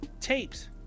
tapes